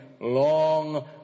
Long